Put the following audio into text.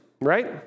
right